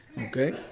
Okay